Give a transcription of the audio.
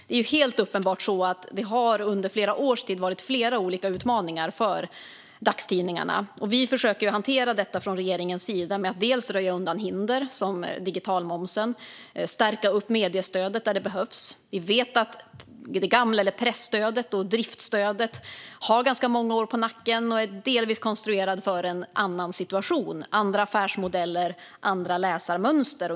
Det är helt uppenbart så att det under flera års tid funnits flera olika utmaningar för dagstidningarna. Vi försöker hantera detta från regeringens sida genom att till exempel röja undan hinder, som digitalmomsen, och stärka mediestödet där det behövs. Presstödet och driftsstödet har ganska många år på nacken. Det är delvis konstruerat för en annan situation, andra affärsmodeller och andra läsarmönster.